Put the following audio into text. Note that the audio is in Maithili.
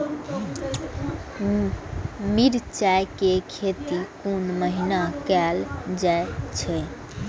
मिरचाय के खेती कोन महीना कायल जाय छै?